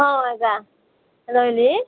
ହଁ ଆଜ୍ଞା ରହିଲି